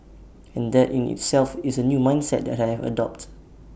and that in itself is A new mindset that I have adopt